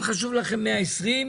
אם חשוב לכם 120,